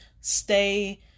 stay